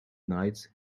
night